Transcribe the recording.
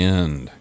end